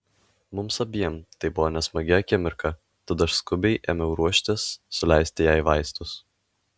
mums abiem tai buvo nesmagi akimirka tad aš skubiai ėmiau ruoštis suleisti jai vaistus